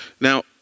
Now